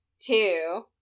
Two